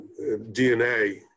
DNA